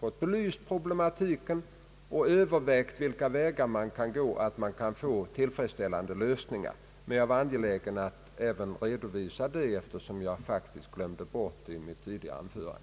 fått problematiken belyst och man därefter fått överväga vilka vägar man kan gå. Jag är angelägen att även redovisa detta, eftersom jag faktiskt glömde bort det i mitt tidigare anförande.